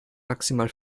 maximal